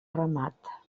ramat